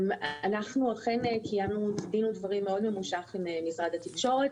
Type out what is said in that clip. אנחנו אכן קיימנו דין ודברים מאוד ממושך עם משרד התקשורת,